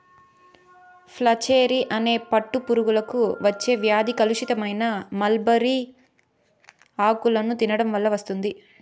flacherie అనే పట్టు పురుగులకు వచ్చే వ్యాధి కలుషితమైన మల్బరీ ఆకులను తినడం వల్ల వస్తుంది